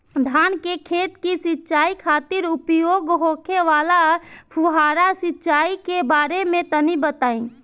धान के खेत की सिंचाई खातिर उपयोग होखे वाला फुहारा सिंचाई के बारे में तनि बताई?